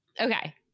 okay